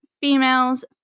females